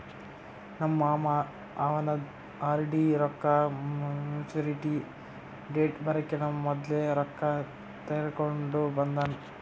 ನಮ್ ಮಾಮಾ ಅವಂದ್ ಆರ್.ಡಿ ರೊಕ್ಕಾ ಮ್ಯಚುರಿಟಿ ಡೇಟ್ ಬರಕಿನಾ ಮೊದ್ಲೆ ರೊಕ್ಕಾ ತೆಕ್ಕೊಂಡ್ ಬಂದಾನ್